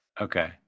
okay